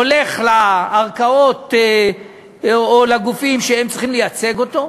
הולך לערכאות או לגופים שצריכים לייצג אותו.